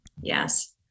Yes